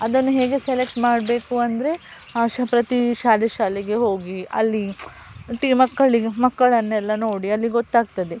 ಅದನ್ನು ಹೇಗೆ ಸೆಲೆಕ್ಟ್ ಮಾಡಬೇಕು ಅಂದರೆ ಪ್ರತಿ ಶಾಲೆ ಶಾಲೆಗೆ ಹೋಗಿ ಅಲ್ಲಿ ಮಕ್ಕಳಿಗೆ ಮಕ್ಕಳನ್ನೆಲ್ಲ ನೋಡಿ ಅಲ್ಲಿ ಗೊತ್ತಾಗ್ತದೆ